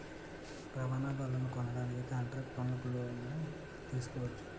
రవాణా బళ్లనుకొనడానికి కాంట్రాక్టు పనులకు లోను తీసుకోవచ్చు